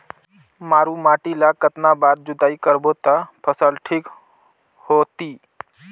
मारू माटी ला कतना बार जुताई करबो ता फसल ठीक होती?